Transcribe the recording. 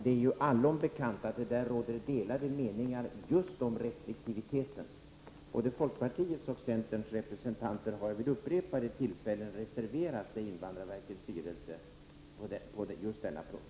Det är ju allom bekant att det där råder delade meningar just om restriktiviteten. Både folkpartiets och centerns representanter har i invandrarverkets styrelse vid upprepade tillfällen reserverat sig just på denna punkt.